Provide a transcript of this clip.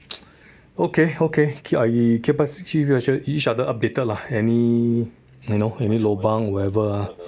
okay okay keep u~ keep us keep you actually each other updated lah any you know any lobang whatever lah